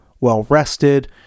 well-rested